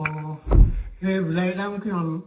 অ এই বিলাহী দাম কিমান